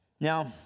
Now